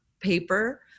paper